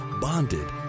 bonded